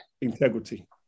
integrity